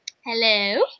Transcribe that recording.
Hello